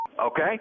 okay